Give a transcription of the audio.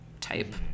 type